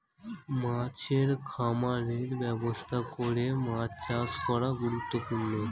মাছের খামারের ব্যবস্থা করে মাছ চাষ করা গুরুত্বপূর্ণ